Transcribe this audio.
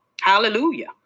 Hallelujah